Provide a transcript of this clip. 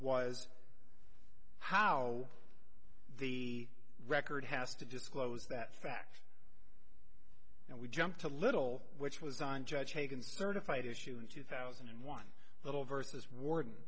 was how the record has to disclose that fact and we jumped a little which was on judge hagan certified issue in two thousand and one little versus warden